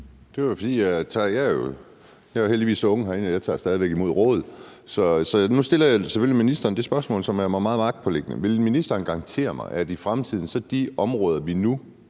Jeg er jo heldigvis så ung herinde, at jeg stadig væk tager imod råd, så nu stiller jeg selvfølgelig ministeren det spørgsmål, som er mig meget magtpåliggende: Vil ministeren garantere mig, at de områder, vi nu